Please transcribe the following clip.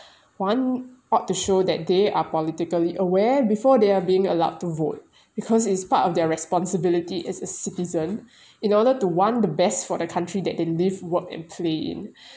one ought to show that they are politically aware before they are being allowed to vote because it's part of their responsibility as a citizen in order to want the best for the country that they live work and play in